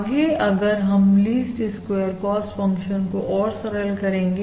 आगे अगर हम लीस्ट स्क्वेयर कॉस्ट फंक्शन कोऔर सरल करेंगे